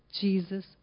Jesus